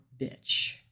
bitch